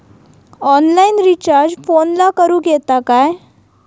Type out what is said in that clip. Online recharge फोनला करूक येता काय?